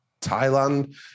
Thailand